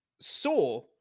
saw